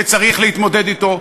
שצריך להתמודד אתו,